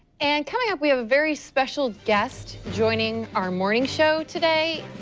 and coming up we have a very special guest joining our morning show today.